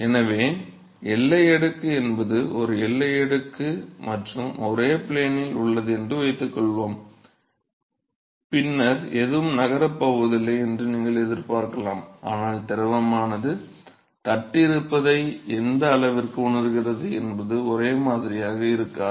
எனவே எல்லை அடுக்கு என்பது ஒரு எல்லை அடுக்கு மற்றும் ஒரே ப்ளேனில் உள்ளது என்று வைத்துக்கொள்வோம் பின்னர் எதுவும் நகரப் போவதில்லை என்று நீங்கள் எதிர்பார்க்கலாம் ஆனால் திரவமானது தட்டு இருப்பதை எந்த அளவிற்கு உணர்கிறது என்பது ஒரே மாதிரியாக இருக்காது